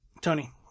tony